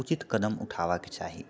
उचित कदम उठाबक चाही